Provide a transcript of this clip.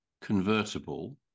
convertible